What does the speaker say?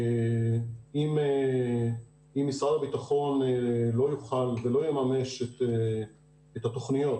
אם משרד הביטחון לא יממש את התוכניות